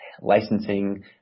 licensing